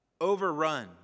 overrun